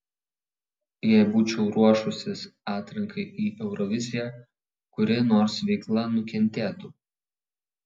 jei būčiau ruošusis atrankai į euroviziją kuri nors veikla nukentėtų